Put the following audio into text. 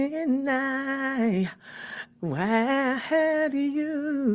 and i i yeah had you